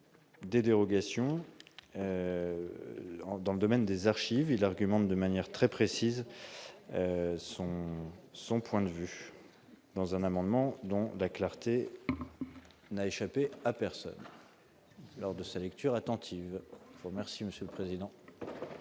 des dérogations en dans le domaine des archives et l'argument de manière très précise son son point de vue dans un amendement dont la clarté n'a échappé à personne, lors de sa lecture attentive, je vous remercie,